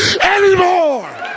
anymore